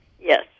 Yes